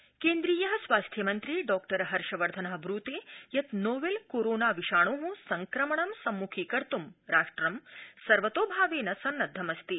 हर्षवर्धन केन्द्रीय स्वास्थ्यमन्त्री डॉ हर्षवर्धन ब्रूते यत् नोवल कोरोना विषाणो संक्रमणं सम्मुखीकर्त् राष्ट्रं सर्वतोभावेन सन्नद्वमस्ति